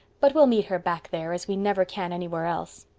but we'll meet her back there as we never can anywhere else.